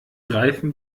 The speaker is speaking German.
greifen